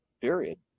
Period